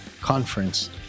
conference